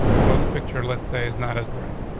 so the picture, let's say, is not as break.